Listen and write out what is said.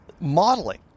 modeling